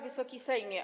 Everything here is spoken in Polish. Wysoki Sejmie!